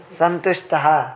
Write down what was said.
सन्तुष्टः